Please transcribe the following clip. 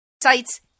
sites